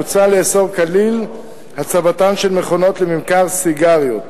מוצע לאסור כליל את הצבתן של מכונות לממכר סיגריות.